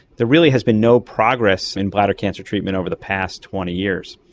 there really has been no progress in bladder cancer treatment over the past twenty years.